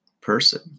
person